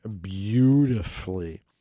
beautifully